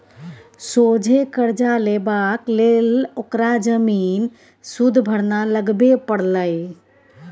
सोझे करजा लेबाक लेल ओकरा जमीन सुदभरना लगबे परलै